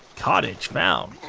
cottage found.